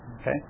Okay